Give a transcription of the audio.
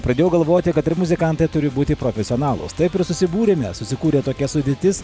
pradėjau galvoti kad ir muzikantai turi būti profesionalūs taip ir susibūrime susikūrė tokia sudėtis